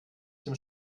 dem